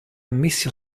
ammessi